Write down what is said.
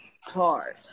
hard